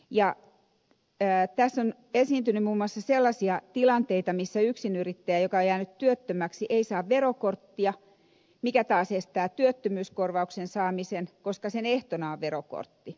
tässä on esiintynyt muun muassa sellaisia tilanteita missä yksinyrittäjä joka on jäänyt työttömäksi ei saa verokorttia mikä taas estää työttömyyskorvauksen saamisen koska sen ehtona on verokortti